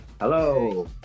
Hello